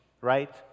right